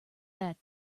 that